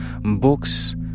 books